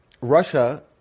Russia